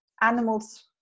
Animals